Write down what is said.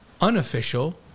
unofficial